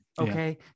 Okay